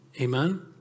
Amen